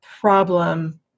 problem